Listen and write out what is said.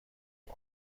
آدم